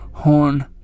horn